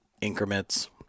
increments